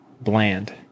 bland